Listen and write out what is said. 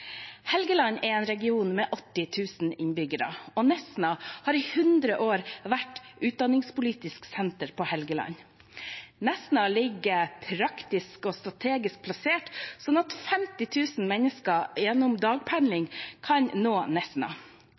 Helgeland er en region med 80 000 innbyggere, og Nesna har i 100 år vært utdanningspolitisk senter på Helgeland. Nesna ligger praktisk og strategisk plassert, sånn at 50 000 mennesker gjennom dagpendling kan nå Nesna. Lokalisering av